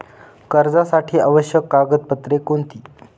कर्जासाठी आवश्यक कागदपत्रे कोणती?